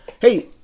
Hey